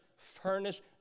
Furnace